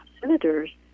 senators